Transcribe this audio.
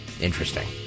Interesting